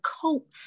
cope